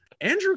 Andrew